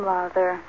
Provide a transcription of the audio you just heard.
Mother